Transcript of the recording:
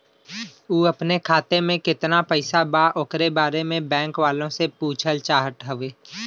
उ अपने खाते में कितना पैसा बा ओकरा बारे में बैंक वालें से पुछल चाहत हवे?